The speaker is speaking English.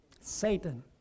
Satan